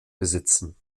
besitzen